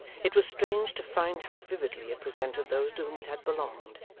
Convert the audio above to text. it was strange to find how vividly it presented those to whom it had belonged,